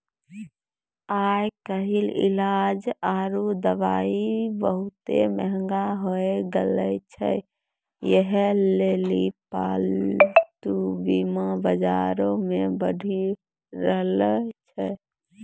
आइ काल्हि इलाज आरु दबाइयै बहुते मंहगा होय गैलो छै यहे लेली पालतू बीमा बजारो मे बढ़ि रहलो छै